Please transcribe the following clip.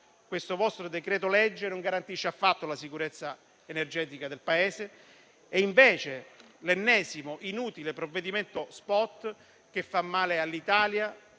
questo vostro decreto-legge non garantisce affatto la sicurezza energetica del Paese. È invece l'ennesimo, inutile provvedimento *spot*, che fa male all'Italia,